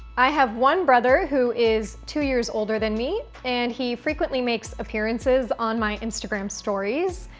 i have one brother who is two years older than me, and he frequently makes appearances on my instagram stories,